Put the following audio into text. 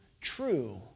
true